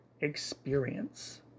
experience